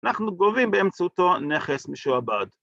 אנחנו גובים באמצעותו נכס משועבד.